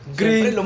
green